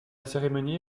cérémonie